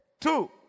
Two